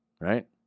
right